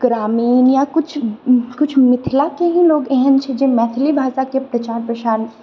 ग्रामिण या किछु किछु मिथिलाके ही लोग एहन छै जे मैथिली भाषाके प्रचार प्रसार